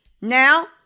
now